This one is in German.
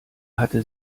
hatte